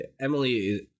Emily